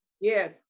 yes